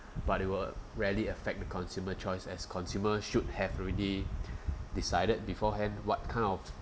but it will rarely affect the consumer choice as consumer should have already decided beforehand what kind of